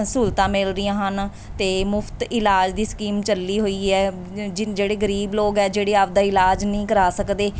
ਸਹੂਲਤਾਂ ਮਿਲ ਰਹੀਆਂ ਹਨ ਅਤੇ ਮੁਫ਼ਤ ਇਲਾਜ ਦੀ ਸਕੀਮ ਚੱਲੀ ਹੋਈ ਹੈ ਜਿਨ ਜਿਹੜੇ ਗਰੀਬ ਲੋਕ ਹੈ ਜਿਹੜੇ ਆਪਣਾ ਇਲਾਜ ਨਹੀਂ ਕਰਵਾ ਸਕਦੇ